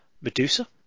Medusa